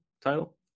title